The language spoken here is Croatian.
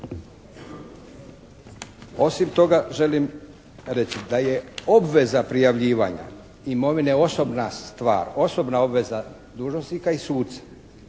Osim toga želim reći da je obveza prijavljivanja imovine osobna stvar, osobna obveza dužnosnika i suca